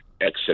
exit